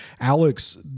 Alex